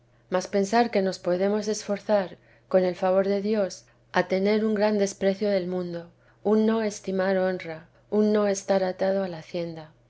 mas pensar que nos podemos esforzar con el favor de dios a tener un gran desprecio del mundo un no estimar honra un no estar atado a la hacienda